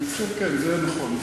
אני חושב שזה נכון,